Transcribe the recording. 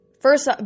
first